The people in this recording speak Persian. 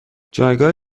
جایگاه